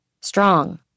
Strong